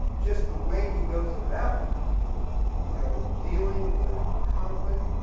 just the way he goes about you know, dealing with conflict,